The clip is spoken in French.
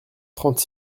trente